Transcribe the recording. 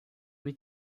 need